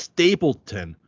Stapleton